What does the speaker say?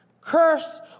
curse